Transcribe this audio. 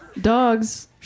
Dogs